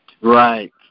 Right